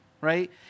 right